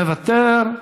מוותר.